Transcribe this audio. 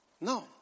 No